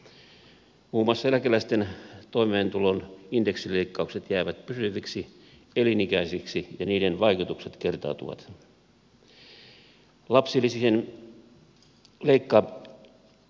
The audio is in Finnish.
muun muassa eläkeläisten toimeentulon indeksileikkaukset jäävät pysyviksi elinikäisiksi ja niiden vaikutukset kertautuvat